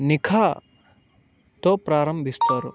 నిఖాతో ప్రారంభిస్తారు